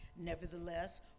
Nevertheless